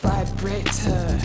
Vibrator